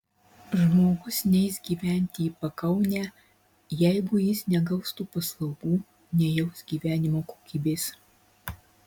žmogus neis gyventi į pakaunę jeigu jis negaus tų paslaugų nejaus gyvenimo kokybės